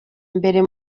mbere